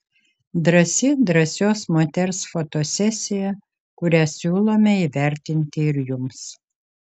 drąsi drąsios moters fotosesija kurią siūlome įvertinti ir jums